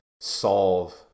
solve